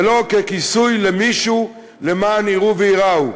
ולא ככיסוי למישהו למען יראו וייראו.